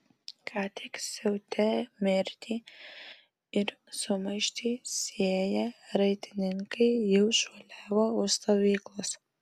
ką tik siautę mirtį ir sumaištį sėję raitininkai jau šuoliavo už stovyklos